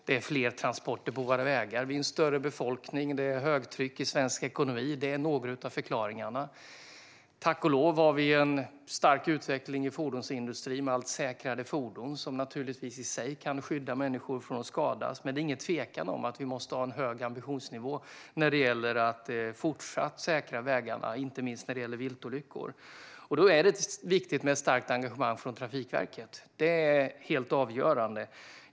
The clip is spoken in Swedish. Det är fler transporter på våra vägar. Vi är en större befolkning. Det är högtryck i svensk ekonomi. Det är några av förklaringarna. Tack och lov har vi en stark utveckling i fordonsindustrin i fråga om allt säkrare fordon, som naturligtvis i sig kan skydda människor från att skadas. Men det är ingen tvekan om att vi måste ha en hög ambitionsnivå när det gäller att fortsatt säkra vägarna, inte minst när det gäller viltolyckor. Då är det viktigt med ett starkt engagemang från Trafikverket. Det är helt avgörande.